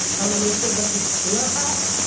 i'm going to make sure that if they are hacked,